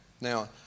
now